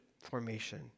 formation